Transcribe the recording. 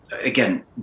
again